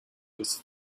was